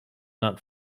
not